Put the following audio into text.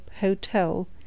hotel